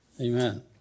Amen